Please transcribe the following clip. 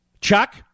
Chuck